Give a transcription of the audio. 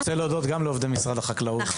אני רוצה להודות גם לעובדי משרד החקלאות.